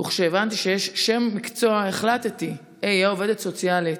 וכשהבנתי שיש שם מקצוע החלטתי: אהיה עובדת סוציאלית.